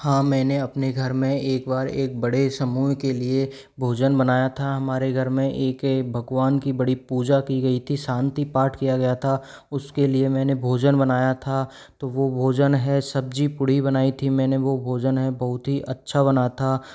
हाँ मैंने अपने घर में एक बार एक बड़े समूह के लिए भोजन बनाया था हमारे घर में एक भगवान की बड़ी पूजा की गई थी शांति पाठ किया गया था उसके लिए मैंने भोजन बनाया था तो वो भोजन है सब्जी पूरी बनाई थी मैंने वो भोजन है बहुत ही अच्छा बना था